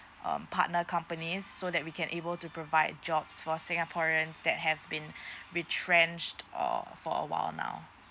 um partner companies so that we can able to provide jobs for singaporean that have been retrenched err for a while now